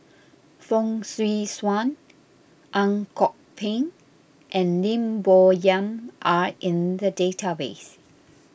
Fong Swee Suan Ang Kok Peng and Lim Bo Yam are in the database